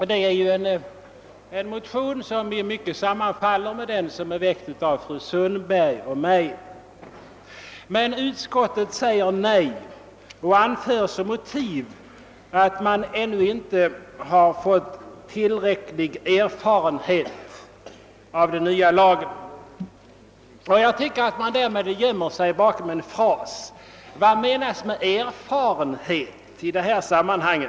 Den motionen sammanfaller i mycket med den motion som fru Sundberg och jag har väckt. Utskottet säger emellertid nej och anför som motiv härför att »tillräcklig erfarenhet« ännu inte har vunnits av den nya lagens tillämpning. Jag tycker dock att utskottet därmed gömmer sig bakom en fras. Vad menas med erfarenhet i detta sammanhang?